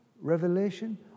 revelation